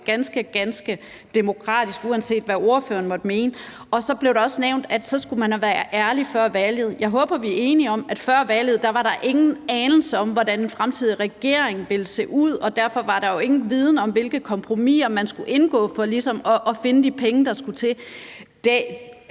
ganske demokratisk, uanset hvad ordføreren måtte mene. Og så blev det også nævnt, at så skulle man have været ærlig før valget. Jeg håber, vi er enige om, at før valget var der ingen anelse om, hvordan en fremtidig regering ville se ud, derfor var der jo ikke nogen viden om, hvilke kompromiser man skulle indgå for ligesom at finde de penge, der skulle til.